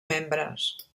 membres